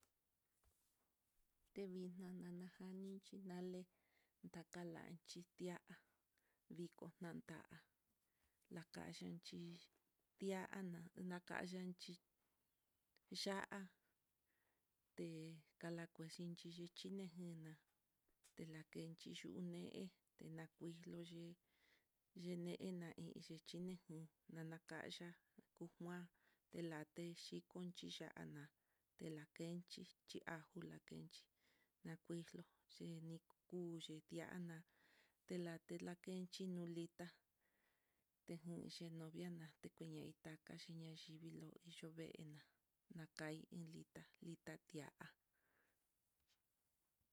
Tevi nanajani ichinale daklachi ti'á, na viko yanta'a lakaxhi chí tiana nakanxhi chí ya'á té kalakuaxhi xhinejina, telakenchi yuu né'e tenakuixluye, yenena hí xhitene en nakaya, ku nguan latechi conchixi ya'a na telakenchi chí, ajo lakenchí nakuixlo c kuyii tiaxna, telate nac hí no litá tejinchi no viana kuña iin taka xhina yii, vilo yo'o ve'ena na kain iin litá litá ti'á.